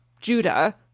Judah